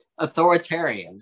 authoritarians